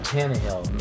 Tannehill